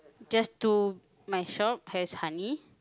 just two my shop has honey